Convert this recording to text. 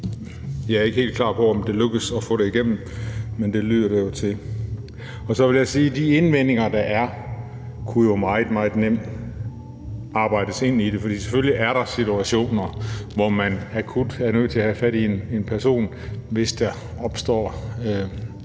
jeg er ikke helt klar over, om det lykkes at få det igennem, men det lyder det jo til. Og så vil jeg sige, at de indvendinger, der er, meget, meget nemt kunne arbejdes ind i det, for selvfølgelig er der situationer, hvor man akut er nødt til at få fat i en person, hvis der opstår